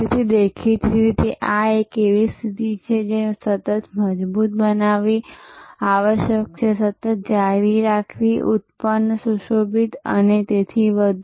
તેથીદેખીતી રીતે આ એક એવી સ્થિતિ છે જે સતત મજબૂત બનાવવી આવશ્યક છે સતત જાળવી રાખેલી ઉન્નત સુશોભિત અને તેથી વધુ